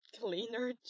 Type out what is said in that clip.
cleaner